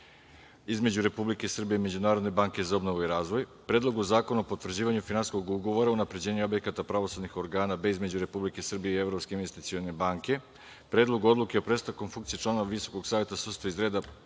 između Republike Srbije i Međunarodne banke za obnovu i razvoj, Predlogu zakona o potvrđivanju Finansijskog ugovora „Unapređenje objekata pravosudnih organa B“ između Republike Srbije i Evropske investicione banke, Predlogu odluke o prestanku funkcije člana Visokog saveta sudstva iz reda